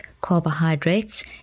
carbohydrates